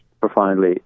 profoundly